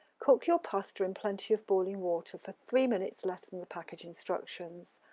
cook your pasta in plenty of boiling water for three minutes less than the packet instructions.